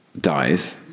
dies